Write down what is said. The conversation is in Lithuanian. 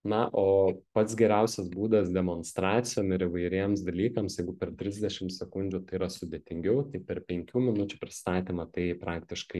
na o pats geriausias būdas demonstracijom ir įvairiems dalykams jeigu per trisdešim sekundžių tai yra sudėtingiau tai per penkių minučių pristatymą tai praktiškai